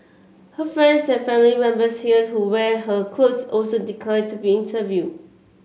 her friends and family members here who wear her clothes also declined to be interviewed